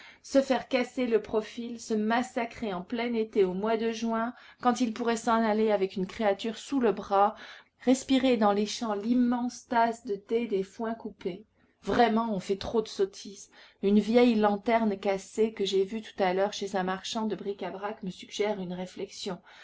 se faire casser le profil se massacrer en plein été au mois de juin quand ils pourraient s'en aller avec une créature sous le bras respirer dans les champs l'immense tasse de thé des foins coupés vraiment on fait trop de sottises une vieille lanterne cassée que j'ai vue tout à l'heure chez un marchand de bric-à-brac me suggère une réflexion